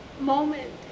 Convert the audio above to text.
moment